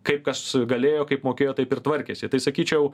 kaip kas galėjo kaip mokėjo taip ir tvarkėsi tai sakyčiau